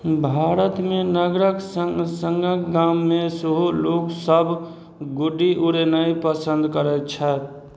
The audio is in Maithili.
भारतमे नगरके सङ्ग सङ्ग गाममे सेहो लोकसभ गुड्डी उड़ेनाइ पसन्द करै छथि